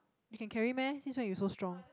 you can carry meh since when you so strong